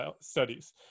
studies